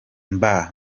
mba